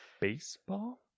baseball